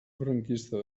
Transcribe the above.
franquista